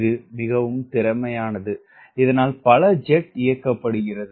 இது மிகவும் திறமையானது இதனால் பல ஜெட் விமானம் இயக்கப்படுகிறது